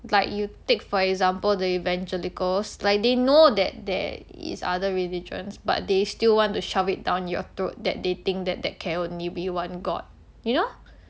like you take for example the evangelicals like they know that there is other religions but they still want to shove it down your throat that they think that there can only be one god you know